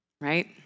Right